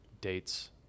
dates